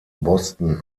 boston